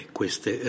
queste